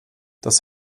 das